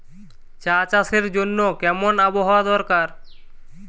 চা চাষের জন্য কেমন আবহাওয়া দরকার?